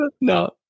No